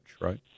right